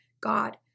God